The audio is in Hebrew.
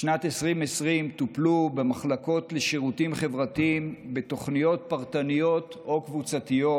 בשנת 2020 טופלו במחלקות לשירותים חברתיים בתוכניות פרטניות או קבוצתיות